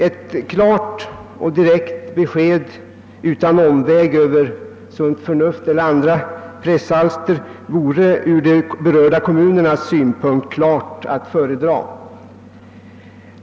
Ett klart och direkt besked utan någon omväg över Sunt Förnuft och andra pressalster vore ur de berörda kommunernas synpunkt klart att föredra.